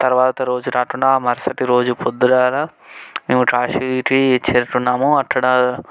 తర్వాత రోజు కాకుండా ఆ మరుసటి రోజు పొద్దుగాల మేము కాశీకి చేరుకున్నాము అక్కడ